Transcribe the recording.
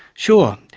sure,